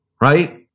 Right